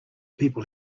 people